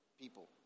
people